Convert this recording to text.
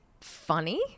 funny